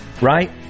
Right